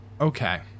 Okay